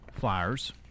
flyers